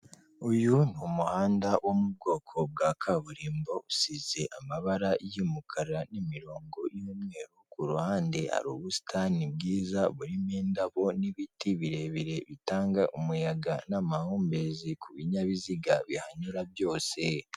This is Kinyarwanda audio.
Uyu ni umuhanda wo mu bwoko bwa kaburimbo usize amabara y'umukara n'imirongo y'umweru, ku ruhande hari ubusitani bwiza burimo indabo n'ibiti birebire bitanga umuyaga n'amahumbezi ku binyabiziga bihanyura byose.